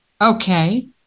Okay